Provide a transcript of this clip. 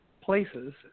places